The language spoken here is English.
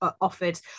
offered